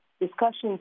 discussions